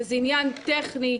שזה עניין טכני,